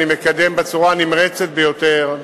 אני מקדם בצורה נמרצת ביותר,